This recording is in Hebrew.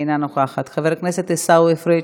אינה נוכחת, חבר הכנסת עיסאווי פריג'